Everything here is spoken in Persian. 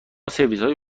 سرویسهای